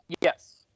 Yes